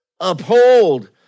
uphold